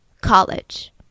College